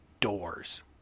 doors